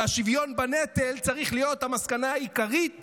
והשוויון בנטל צריך להיות המסקנה העיקרית